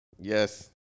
Yes